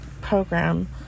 program